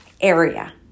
area